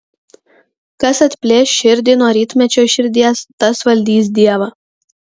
kas atplėš širdį nuo rytmečio širdies tas valdys dievą